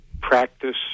practice